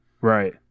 Right